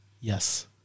Yes